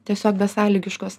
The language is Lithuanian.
tiesiog besąlygiškos